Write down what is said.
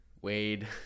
Wade